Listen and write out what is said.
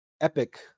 epic